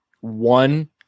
one